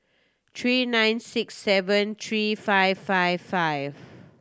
three nine six seven three five five five